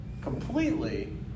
completely